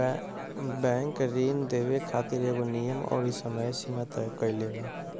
bank ऋण देवे खातिर एगो नियम अउरी समय सीमा तय कईले बा